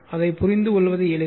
அதைப் புரிந்துகொள்வது எளிது